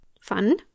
Fun